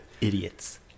Idiots